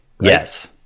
Yes